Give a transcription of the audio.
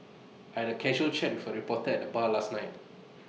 I had A casual chat with A reporter at the bar last night